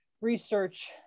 research